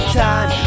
time